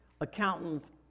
accountants